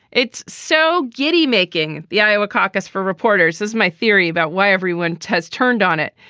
it's so giddy making the iowa caucus for reporters as my theory about why everyone has turned on it.